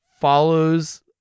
follows